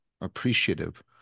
appreciative